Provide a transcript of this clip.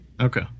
Okay